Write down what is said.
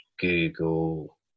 Google